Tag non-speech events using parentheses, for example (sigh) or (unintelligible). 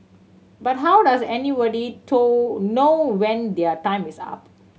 but how does (unintelligible) know when their time is up